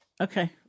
Okay